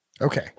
Okay